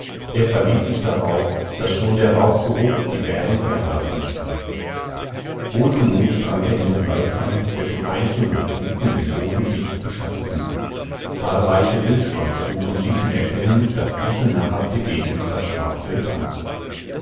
er verließ sich darauf daß schon der rauchgeruch die bären fernhalten werde wohlgemut drang er in den wald ein dessen eichen und buchen den boden dicht beschatteten zahlreiche wildschweinspuren ließen erkennen daß diese nahrhafte gegend das schwarzwild anzog